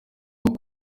bwo